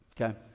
Okay